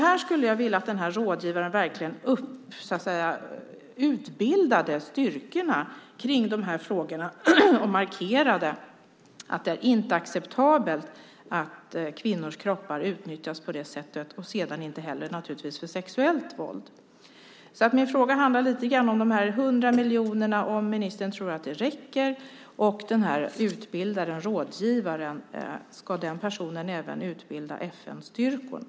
Jag skulle vilja att den här rådgivaren verkligen utbildade styrkorna i de här frågorna och markerade att det inte är acceptabelt att kvinnors kroppar utnyttjas på det sättet och naturligtvis inte heller för sexuellt våld. Min fråga handlar om huruvida ministern tror att de här 100 miljonerna räcker och om den här utbildaren, rådgivaren, även ska utbilda FN-styrkorna.